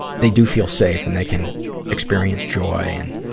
they do feel safe and they can experience joy and,